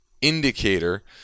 indicator